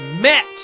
met